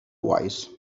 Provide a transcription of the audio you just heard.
wise